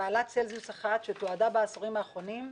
מעלת צלזיוס אחת שתועדה בעשורים האחרונים,